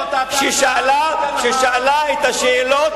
ששאלה את השאלות